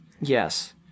yes